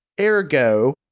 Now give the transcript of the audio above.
ergo